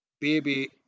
baby